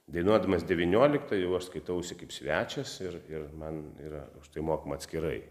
dainuodamas devynioliktą jau aš skaitausi kaip svečias ir ir man yra už tai mokama atskirai